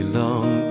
long